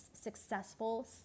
successful